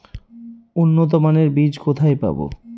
উন্নতমানের বীজ কোথায় পাব?